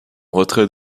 retrait